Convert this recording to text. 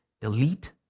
delete